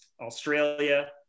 australia